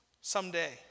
someday